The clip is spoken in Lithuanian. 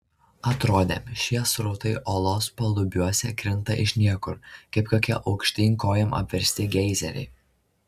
atrodė šie srautai olos palubiuose krinta iš niekur kaip kokie aukštyn kojom apversti geizeriai